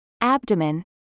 abdomen